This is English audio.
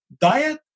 diet